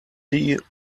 tea